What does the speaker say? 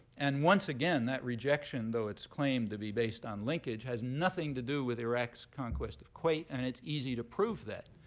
and once again, that rejection, though it's claimed to be based on linkage, has nothing to do with iraq's conquest of kuwait. and it's easy to prove that.